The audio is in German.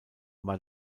war